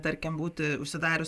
tarkim būti užsidarius